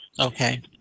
Okay